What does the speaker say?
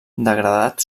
degradat